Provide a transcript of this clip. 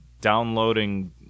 downloading